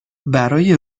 برای